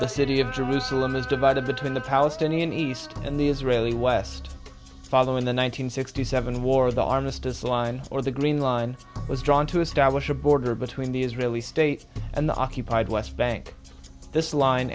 the city of jerusalem is divided between the palestinian east and the israeli west following the one nine hundred sixty seven war the armistice line or the green line was drawn to establish a border between the israeli state and the occupied west bank this line